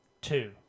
Two